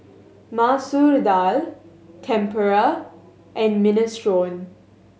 Masoor Dal Tempura and Minestrone